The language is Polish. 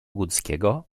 górskiego